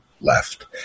left